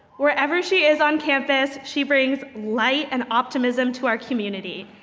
wherever she is on campus, she brings light and optimism to our community.